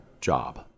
job